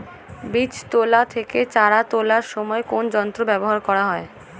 বীজ তোলা থেকে চারা তোলার সময় কোন যন্ত্র ব্যবহার করা হয়?